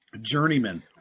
journeyman